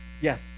Yes